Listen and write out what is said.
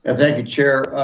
ah thank you chair.